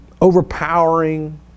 overpowering